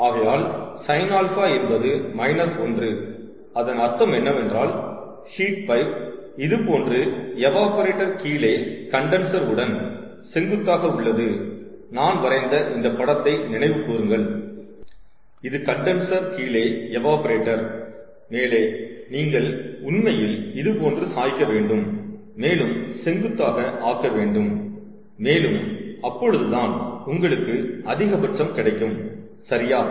ஆகையால் sin α என்பது minus 1 அதன் அர்த்தம் என்னவென்றால் ஹீட் பைப் இது போன்று எவாப்ரேட்டர் கீழே கண்டன்சர் உடன் செங்குத்தாக உள்ளது நான் வரைந்த இந்தப்படத்தை நினைவு கூறுங்கள் இது கண்டன்சர் கீழே எவாப்ரேட்டர் மேலே நீங்கள் உண்மையில் இதுபோன்று சாய்க்க வேண்டும் மேலும் செங்குத்தாக ஆக்க வேண்டும் மேலும் அப்பொழுதுதான் உங்களுக்கு அதிகபட்சம் கிடைக்கும் சரியா